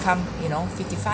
you know fifty-five